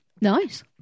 Nice